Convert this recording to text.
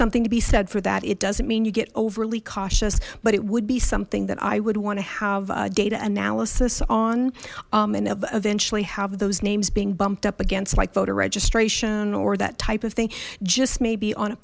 something to be said for that it doesn't mean you get overly cautious but it would be something that i would want to have data analysis on and eventually have those names being bumped up against like voter registration or that type of thing just maybe on a